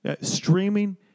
Streaming